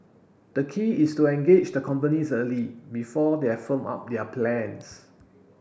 the key is to engage the companies early before they have firmed up their plans